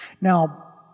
Now